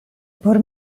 por